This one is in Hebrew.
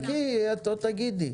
את עוד תגידי.